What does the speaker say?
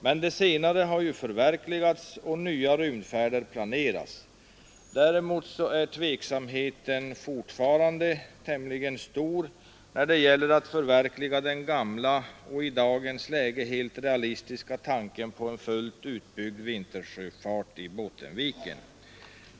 Men det senare har ju förverkligats, och nya rymdfärder planeras. Däremot är tveksamheten fortfarande tämligen stor när det gäller att förverkliga den gamla och i dagens läge helt realistiska tanken på en fullt utbyggd vintersjöfart i Bottenviken.